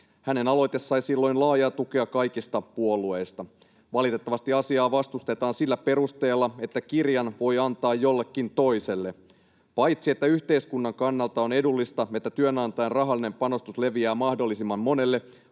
Hänen aloitteensa sai silloin laajaa tukea kaikista puolueista. Valitettavasti asiaa vastustetaan sillä perusteella, että kirjan voi antaa jollekin toiselle. Paitsi että yhteiskunnan kannalta on edullista, että työnantajan rahallinen panostus leviää mahdollisimman monelle,